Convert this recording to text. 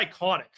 iconic